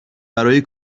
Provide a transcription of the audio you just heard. برای